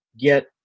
get